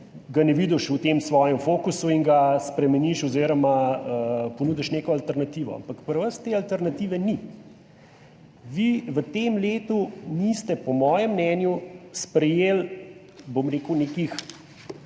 ne vidiš v svojem fokusu in ga spremeniš oziroma ponudiš neko alternativo, ampak pri vas te alternative ni. Vi v tem letu niste po mojem mnenju sprejeli nekih